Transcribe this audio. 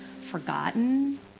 forgotten